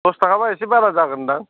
दस थाखाबा इसे बारा जागोनदां